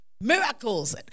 miracles